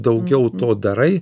daugiau to darai